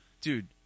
Dude